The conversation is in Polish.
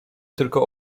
tylko